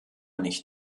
nicht